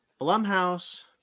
Blumhouse